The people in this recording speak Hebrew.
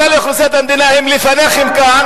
ה-20% האלה מאוכלוסיית המדינה הם לפניכם כאן.